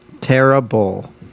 terrible